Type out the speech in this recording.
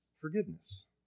forgiveness